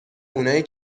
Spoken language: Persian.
اونایی